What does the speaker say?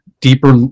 deeper